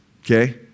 Okay